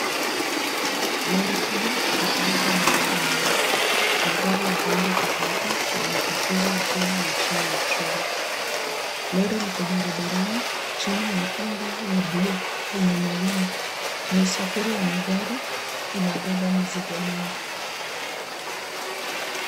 Lori kubwa likibeba magari mengi. Magari ya rangi tofauti yamepakizwa juu na chini ya trela. Lori liko barabarani chini ya anga la buluu yenye mawingu. Ni usafiri wa magari, inabeba mizigo mingi.